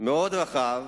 מאוד רחב,